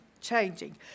changing